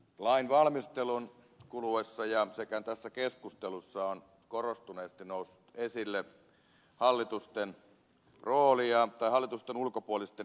lain valmistelun kuluessa sekä tässä keskustelussa on korostuneesti noussut esille hallitusten ulkopuolisten jäsenten määrä